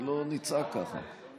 ולא נצעק ככה.